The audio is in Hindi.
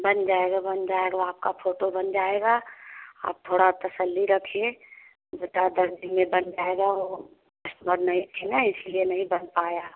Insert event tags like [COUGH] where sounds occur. बन जाएगा बन जाएगा आपका फोटो बन जाएगा आप थोड़ा तसल्ली रखिए दो चार दस दिन में बन जाएगा ओ [UNINTELLIGIBLE] नहीं थे न इसलिए नहीं बन पाया